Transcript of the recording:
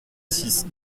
six